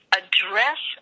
address